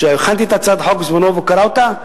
כשהכנתי את הצעת החוק בזמנו הוא קרא אותה,